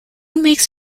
makes